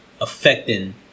affecting